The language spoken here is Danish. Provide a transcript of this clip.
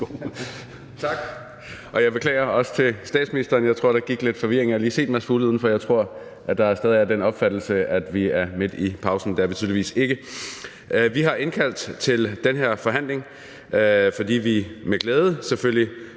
vil jeg sige også til statsministeren. Jeg tror, der gik lidt forvirring i det. Jeg har lige set Mads Fuglede udenfor, og jeg tror, at der stadig er den opfattelse, at vi er midt i pausen. Det er vi tydeligvis ikke. Vi har indkaldt til den her forhandling, fordi vi selvfølgelig